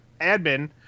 admin